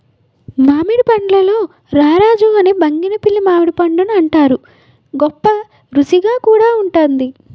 మామిడి పండుల్లో రారాజు అని బంగినిపల్లి మామిడిపండుని అంతారు, గొప్పరుసిగా కూడా వుంటుంది